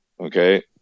Okay